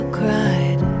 cried